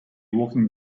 walking